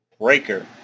Breaker